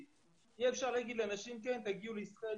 אי אפשר להגיד לאנשים: כן, תגיעו לישראל.